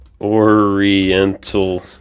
Oriental